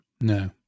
No